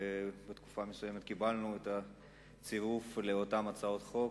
ובתקופה מסוימת קיבלנו את הצירוף לאותן הצעות חוק.